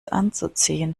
anzuziehen